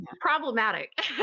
problematic